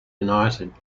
united